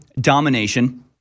domination –